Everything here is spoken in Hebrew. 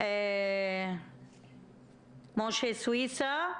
משה סויסה,